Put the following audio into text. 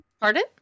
Pardon